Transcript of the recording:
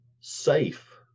safe